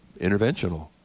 interventional